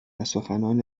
سخنان